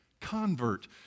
convert